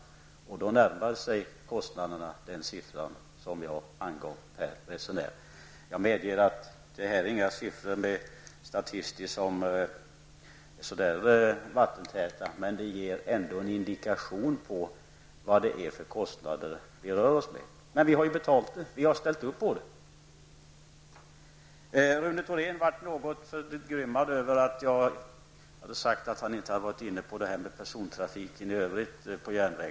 Då närmar sig kostnaderna den siffra som jag angav per resenär. Jag medger att dessa siffror inte är helt vattentäta, men de ger ändå en indikation på vilka kostnader vi rör oss med. Och vi har ju ställt upp på dem. Rune Thorén blev något förgrymmad över att jag hade sagt att han inte hade tagit upp frågan om persontrafiken på järnväg i övrigt.